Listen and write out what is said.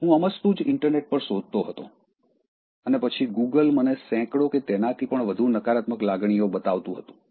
હું અમસ્તું જ ઇન્ટરનેટ પર શોધતો હતો અને પછી ગૂગલ મને સેંકડો કે તેનાથી પણ વધુ નકારાત્મક લાગણીઓ બતાવતું હતું